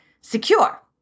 secure